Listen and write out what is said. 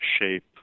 shape